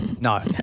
No